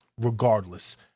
regardless